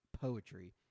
poetry